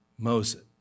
Moses